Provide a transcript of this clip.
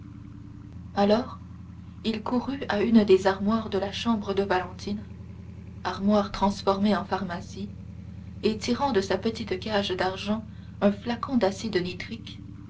alors il courut à une des armoires de la chambre de valentine armoire transformée en pharmacie et tirant de sa petite case d'argent un flacon d'acide